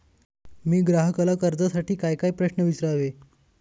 मी ग्राहकाला कर्जासाठी कायकाय प्रश्न विचारावे?